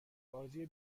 بازی